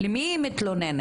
למי היא מתלוננת,